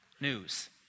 news